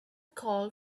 call